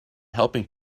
helping